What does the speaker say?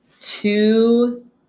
two